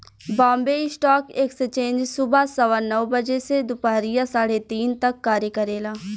Bombay stock exchange सुबह सवा नौ बजे से दूपहरिया साढ़े तीन तक कार्य करेला